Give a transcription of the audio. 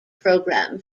programme